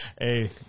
Hey